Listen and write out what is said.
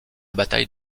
bataille